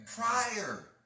Prior